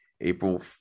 April